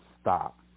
stop